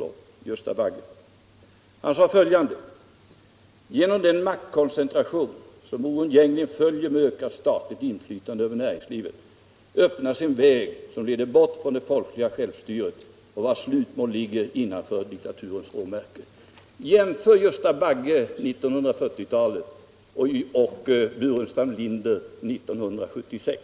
Det är Gösta Bagge, som sade följande: ”Genom den maktkoncentration, som oundgängligen följer med ökat statligt inflytande över näringslivet, öppnas en väg, som leder bort från det folkliga självstyret och vars slutmål ligger innanför diktaturens råmärken.” Jämför Gösta Bagge på 1940-talet och herr Burensam Linder 1976.